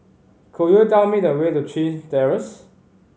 could you tell me the way to Chin Terrace